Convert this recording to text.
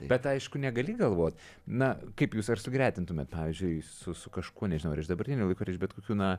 bet aišku negali galvot na kaip jūs ar sugretintumėt pavyzdžiui su su kažkuo nežinau ar iš dabartinių laikų ar iš bet kokių na